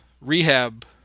rehab